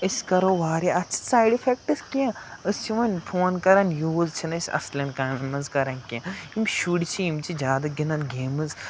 أسۍ کَرو واریاہ اَتھ چھِ سایڈ اِفٮ۪کٹٕس کینٛہہ أسۍ چھِ وۄنۍ فون کَران یوٗز چھِنہٕ أسۍ اَصلَن کامٮ۪ن منٛز کَران کینٛہہ یِم شُرۍ چھِ یِم چھِ زیادٕ گِنٛدان گیمٕز